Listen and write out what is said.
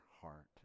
heart